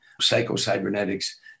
Psycho-Cybernetics